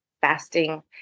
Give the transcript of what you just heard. fasting